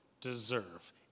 deserve